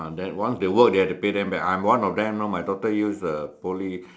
then they once they work they have to pay then back I'm one of them know my daughter use the Poly